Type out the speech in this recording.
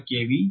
6 kV